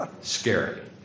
Scary